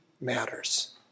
matters